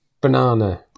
Banana